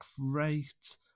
great